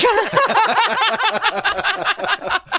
i